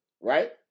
right